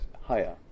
higher